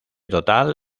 total